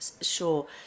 Sure